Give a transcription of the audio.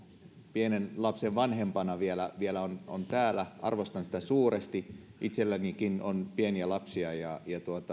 pienen lapsen vanhempana vielä vielä on täällä arvostan sitä suuresti itsellänikin on pieniä lapsia ja